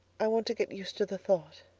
i want to get used to the thought.